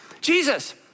Jesus